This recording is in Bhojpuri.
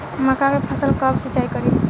मका के फ़सल कब सिंचाई करी?